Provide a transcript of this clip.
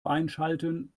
einschalten